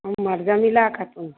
Umar Jamila Khatun